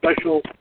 special